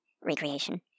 recreation